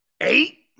Eight